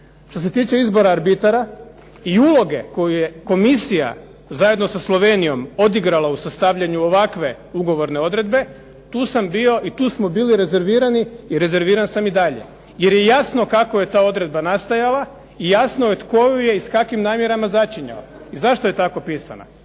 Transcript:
Što se tiče izbora arbitara i uloge koju je komisija zajedno sa Slovenijom odigrala u sastavljanju ovakve ugovorne odredbe tu sam bio i tu smo bili rezervirani i rezerviran sam i dalje. Jer je jasno kako je ta odredba nastajala i jasno je tko ju je i s kakvim namjerama začinjao i zašto je tako pisana.